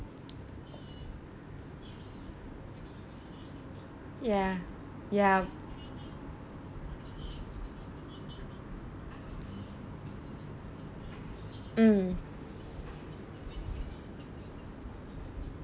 ya ya mm